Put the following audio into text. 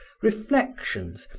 reflections,